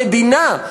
המדינה,